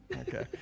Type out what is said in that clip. Okay